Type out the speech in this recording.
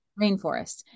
rainforest